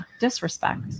disrespect